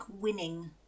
winning